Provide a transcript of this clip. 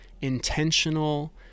intentional